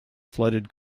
flooded